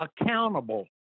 accountable